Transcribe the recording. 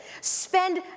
spend